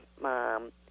mom